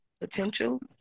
potential